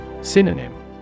Synonym